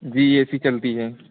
ji A C चलती है